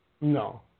No